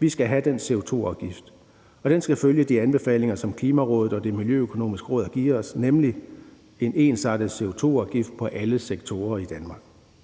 vi skal have den CO2-afgift, og den skal følge de anbefalinger, som Klimarådet og Det Miljøøkonomiske Råd har givet os, nemlig en ensartet CO2-afgift på alle sektorer i Danmark.